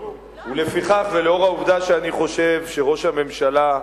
עכשיו הוא עובר לפרק אחר.